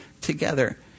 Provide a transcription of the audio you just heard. together